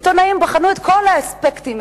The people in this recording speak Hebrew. עיתונאים בחנו את כל האספקטים,